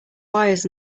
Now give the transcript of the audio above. wires